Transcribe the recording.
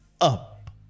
up